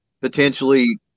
potentially